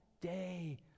day